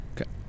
Okay